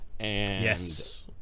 Yes